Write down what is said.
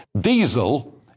diesel